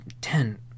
Ten